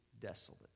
desolate